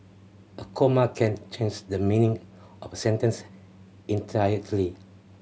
a comma can change the meaning of a sentence entirely